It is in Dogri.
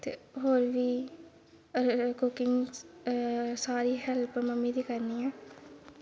ते होर बी अगर कुकिंग सारी हेल्प मम्मी दी करनी आं